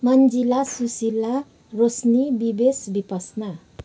Manjila Sushila Roshni Vivesh Vipassana